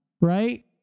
right